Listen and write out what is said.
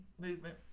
movement